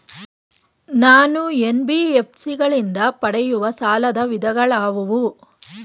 ನಾನು ಎನ್.ಬಿ.ಎಫ್.ಸಿ ಗಳಿಂದ ಪಡೆಯುವ ಸಾಲದ ವಿಧಗಳಾವುವು?